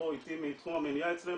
אורית פה איתי מאגף המניעה אצלנו,